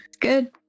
good